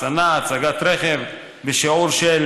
אחסנה והשכרת רכב בשיעור של